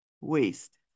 waste